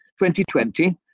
2020